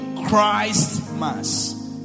christmas